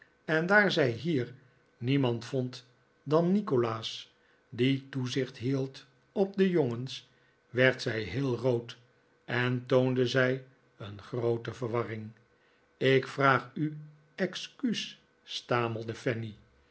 en daar zij hier niemand vond dan nikolaas die toezicht hield op de jongens werd zij heel rood en toonde zij een groote verwarring ik vraag u excuus stamelde